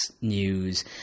news